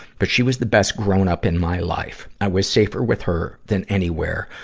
but she was the best grown-up in my life. i was safer with her than anywhere,